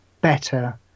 better